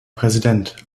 präsident